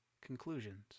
conclusions